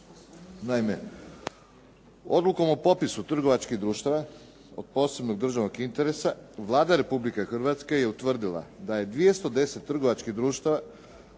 Naime, Odlukom o popisu trgovačkih društava od posebnog državnog interesa, Vlada Republike Hrvatske je utvrdila da je 210 trgovačkih društava